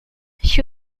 she